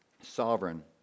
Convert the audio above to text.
sovereign